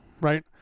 right